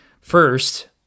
First